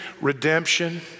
redemption